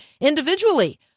individually